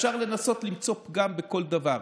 אפשר לנסות למצוא פגם בכל דבר,